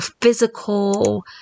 physical